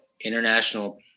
International